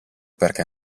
perché